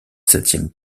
septième